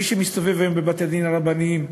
מי שמסתובב היום בבתי-הדין הרבניים,